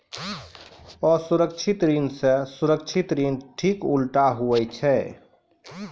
असुरक्षित ऋण से सुरक्षित ऋण ठीक उल्टा हुवै छै